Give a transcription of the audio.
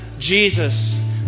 jesus